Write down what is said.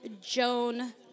Joan